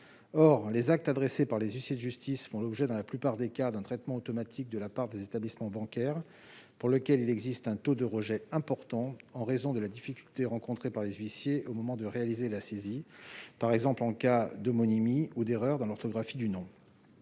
Or les actes adressés par les huissiers de justice font l'objet, dans la plupart des cas, d'un traitement automatique de la part des établissements bancaires. Le taux de rejet est important en raison des difficultés rencontrées par les huissiers au moment de réaliser une saisie, par exemple en cas d'homonymie ou d'erreur dans l'orthographe du nom.